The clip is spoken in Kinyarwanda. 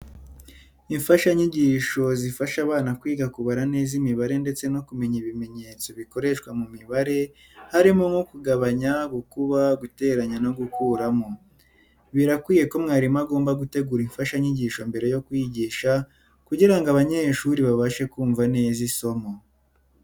Imfashanyigisho zifasha abana kwiga kubara neza imibare ndetse no kumenya ibimenyetso bikoreshwa mu mibare harimo nko kugabanya, gukuba, guteranya, no gukuramo. Birakwiye ko mwarimu agomba gutegura imfashanyigisho mbere yo kwigisha kugira ngo abanyeshuri babashe kumva neza isomo.